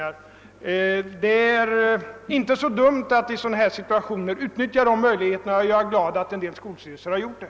Det är inte så dumt att i sådana situationer utnyttja de möjligheterna, och jag är glad över att en del skolstyrelser har gjort det.